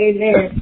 Amen